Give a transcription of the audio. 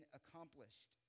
accomplished